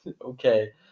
Okay